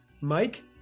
Mike